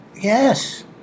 Yes